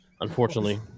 Unfortunately